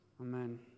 Amen